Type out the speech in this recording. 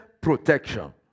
protection